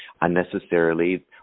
unnecessarily